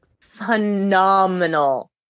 phenomenal